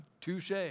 Touche